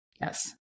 Yes